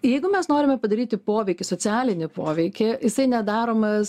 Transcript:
jeigu mes norime padaryti poveikį socialinį poveikį jisai nedaromas